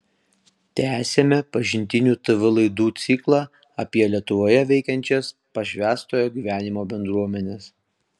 tęsiame pažintinių tv laidų ciklą apie lietuvoje veikiančias pašvęstojo gyvenimo bendruomenes